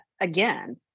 again